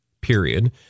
period